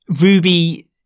Ruby